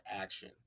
action